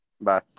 Bye